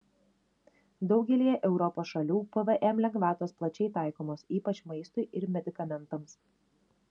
daugelyje europos šalių pvm lengvatos plačiai taikomos ypač maistui ir medikamentams